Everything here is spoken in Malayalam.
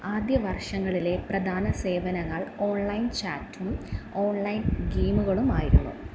ആദ്യ വർഷങ്ങളിലെ പ്രധാന സേവനങ്ങൾ ഓൺലൈൻ ചാറ്റും ഓൺലൈൻ ഗെയിമുകളുമായിരുന്നു